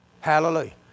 Hallelujah